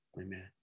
Amen